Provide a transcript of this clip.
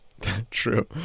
True